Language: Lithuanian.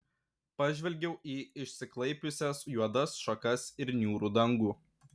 pažvelgiau į išsiklaipiusias juodas šakas ir niūrų dangų